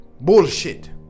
bullshit